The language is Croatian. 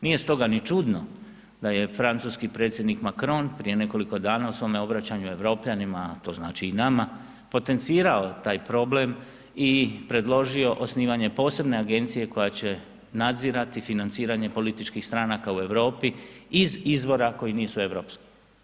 Nije stoga ni čudno, da je francuski predsjednik Macrone, prije nekoliko dana u svome obraćanju Europljanina, a to znači i nama, potencirao taj problem i predložio osnivanje posebne agencije, koja će nadzirati financiranje političkih stranaka u Europi iz izvora koji nisu europski.